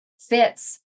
fits